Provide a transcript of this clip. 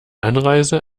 anreise